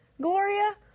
Gloria